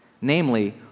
namely